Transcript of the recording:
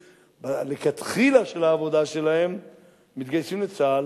שלכתחילה של העבודה שלהם מתגייסים לצה"ל.